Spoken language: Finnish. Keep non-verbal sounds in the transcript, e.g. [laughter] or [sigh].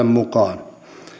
[unintelligible] mukaan